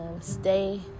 stay